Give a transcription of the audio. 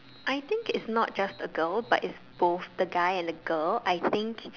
I think it's not just the girl it's both the guy and the girl I think